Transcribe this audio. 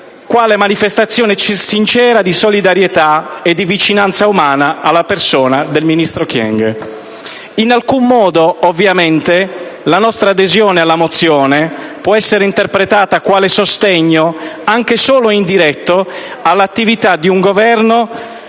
quale manifestazione sincera di solidarietà e di vicinanza umana alla persona del ministro Kyenge. In alcun modo, ovviamente, la nostra adesione alla mozione può essere interpretata quale sostegno, anche solo indiretto, all'attività di un Governo